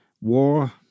war